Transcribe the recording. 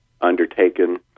undertaken